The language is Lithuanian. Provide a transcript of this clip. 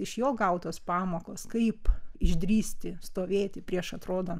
iš jo gautos pamokos kaip išdrįsti stovėti prieš atrodo